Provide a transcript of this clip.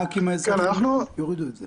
רק אם --- יורידו את זה.